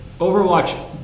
Overwatch